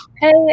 hey